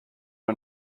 are